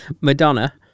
Madonna